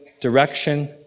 direction